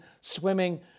swimming